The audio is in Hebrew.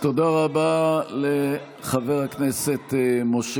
אתה לא מאמין למילה אחת ממה שאמרת.